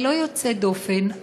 ללא יוצא דופן,